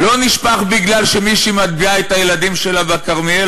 לא נשפך בגלל שמישהי מטביעה את הילדים שלה בכרמיאל,